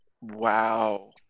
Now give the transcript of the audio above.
Wow